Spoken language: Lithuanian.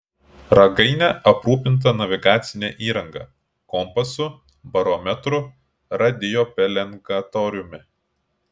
ragainė aprūpinta navigacine įranga kompasu barometru radiopelengatoriumi